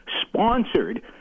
sponsored